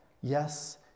Yes